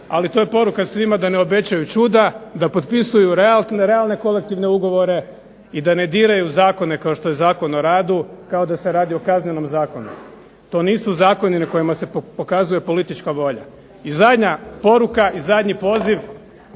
ali to je poruka svima da ne obećaju čuda, da potpisuju realne kolektivne ugovore i da ne diraju zakone kao što je Zakon o radu kao da se radi o Kaznenom zakonu. To nisu zakoni na kojima se pokazuje politička volja. I zadnja poruka i zadnji poziv